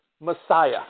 Messiah